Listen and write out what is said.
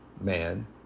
man